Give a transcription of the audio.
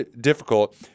difficult